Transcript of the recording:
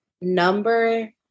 number